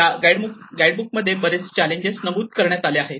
या guide book मध्ये बरेच चॅलेंजेस नमूद करण्यात आले आहेत